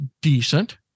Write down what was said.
decent